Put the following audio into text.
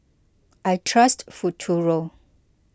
I trust Futuro